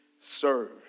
serve